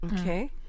Okay